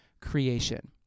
creation